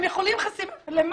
למה?